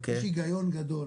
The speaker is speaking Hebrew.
יש הגיון גדול,